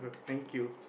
thank you